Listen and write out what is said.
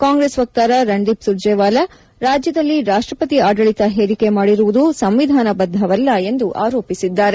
ಕಾಂಗ್ರೆಸ್ ವಕ್ತಾರ ರಣದೀಪ್ ಸುರ್ಜೇವಾಲಾ ರಾಜ್ಯದಲ್ಲಿ ರಾಷ್ಟಪತಿ ಆದಳಿತ ಹೇರಿಕೆ ಮಾಡಿರುವುದು ಸಂವಿಧಾನಬದ್ದವಲ್ಲ ಎಂದು ಆರೋಪಿಸಿದ್ದಾರೆ